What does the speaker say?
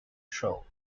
show